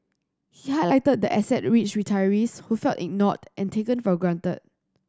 he highlighted the asset rich retirees who felt ignored and taken for granted